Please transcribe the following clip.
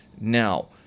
Now